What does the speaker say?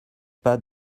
pas